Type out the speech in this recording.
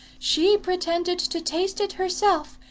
she pretended to taste it herself,